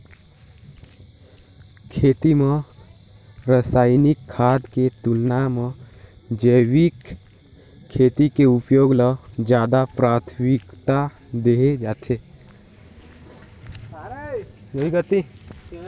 खेती म रसायनिक खाद के तुलना म जैविक खेती के उपयोग ल ज्यादा प्राथमिकता देहे जाथे